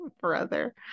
Brother